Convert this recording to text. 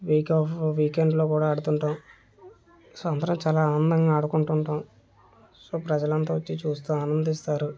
week off వీకెండ్లో కూడా ఆడుతుంటాం సో అందరం చాలా ఆనందంగా ఆడుకుంటు ఉంటాం సో ప్రజలంతా వచ్చి చూస్తు ఆనందిస్తారు